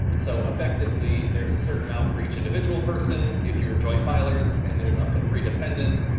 so, effectively there's a certain amount for each individual person if you're a joint filers and there's up to three dependents,